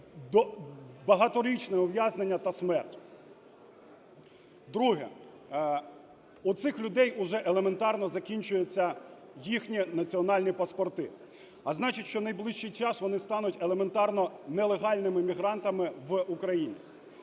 Друге. У цих людей уже елементарно закінчуються їхні національні паспорти, а значить, що в найближчий час вони стануть елементарно нелегальними мігрантами в Україні.